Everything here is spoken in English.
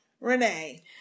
Renee